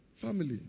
family